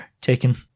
taken